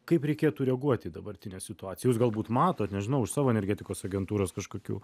kaip reikėtų reaguot į dabartinę situaciją jūs galbūt matot nežinau iš savo energetikos agentūros kažkokių